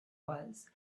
was